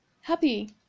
happy